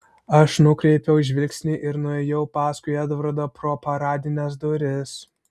aš nukreipiau žvilgsnį ir nuėjau paskui edvardą pro paradines duris